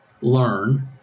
learn